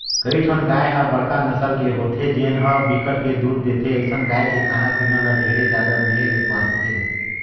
कइठन गाय ह बड़का नसल के होथे जेन ह बिकट के दूद देथे, अइसन गाय के खाना पीना ल ढेरे जादा देहे ले परथे